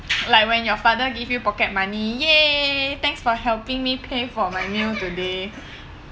like when your father give you pocket money !yay! thanks for helping me pay for my meal today